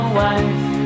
wife